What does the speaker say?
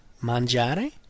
mangiare